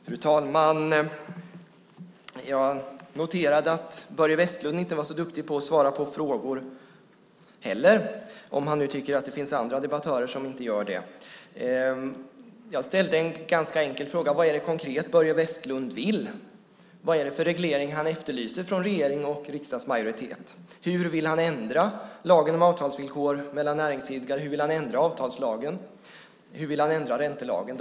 Fru talman! Jag noterade att inte heller Börje Vestlund var så duktig på att svara på frågor, om han nu tycker att det finns andra debattörer som inte gör det. Jag ställde en ganska enkel fråga: Vad är det konkret som Börje Vestlund vill? Vad är det för reglering som han efterlyser från regeringen och riksdagens majoritet? Hur vill han ändra lagen om avtalsvillkor mellan näringsidkare? Hur vill han ändra avtalslagen? Hur vill han ändra räntelagen?